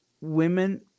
women